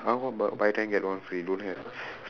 !huh! what buy ten get one free don't have